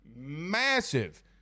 massive